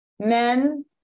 Men